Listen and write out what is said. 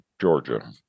Georgia